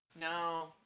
No